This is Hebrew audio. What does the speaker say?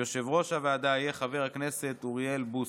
יושב-ראש הוועדה יהיה חבר הכנסת אוריאל בוסו.